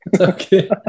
okay